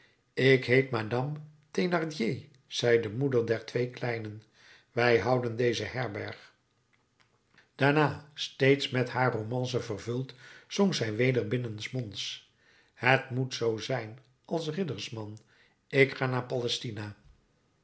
ik heet madame thénardier zei de moeder der twee kleinen wij houden deze herberg daarna steeds met haar romance vervuld zong zij weder binnensmonds het moet zoo zijn als riddersman ik ga naar palestina